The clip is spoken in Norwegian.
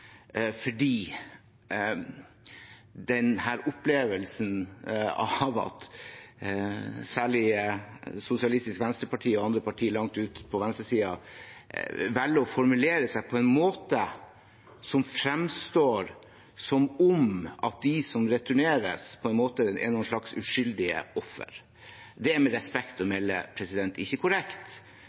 fordi jeg opplever at særlig Sosialistisk Venstreparti og andre partier langt ute på venstresiden velger å formulere seg slik at det framstår som om de som returneres, på en måte er en slags uskyldige ofre. Det er med respekt å melde ikke korrekt.